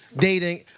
dating